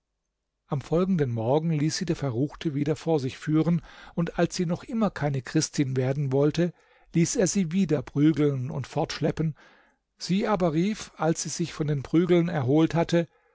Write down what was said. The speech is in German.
am folgenden morgen ließ sie der verruchte wieder vor sich führen und als sie noch immer keine christin werden wollte ließ er sie wieder prügeln und fortschleppen sie aber rief als sie sich von den prügeln erholt hatte